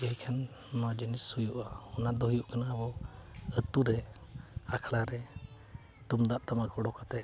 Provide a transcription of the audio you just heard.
ᱤᱭᱟᱹᱭ ᱠᱷᱟᱱ ᱱᱚᱣᱟ ᱡᱤᱱᱤᱥ ᱦᱩᱭᱩᱜᱼᱟ ᱚᱱᱟ ᱫᱚ ᱦᱩᱭᱩᱜ ᱠᱟᱱᱟ ᱟᱵᱚ ᱟᱛᱳ ᱨᱮ ᱟᱠᱷᱲᱟ ᱨᱮ ᱛᱩᱢᱫᱟᱜ ᱴᱟᱢᱟᱠ ᱚᱰᱳᱠ ᱟᱛᱮᱫ